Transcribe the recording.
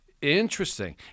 Interesting